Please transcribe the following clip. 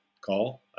call